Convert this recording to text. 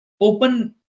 Open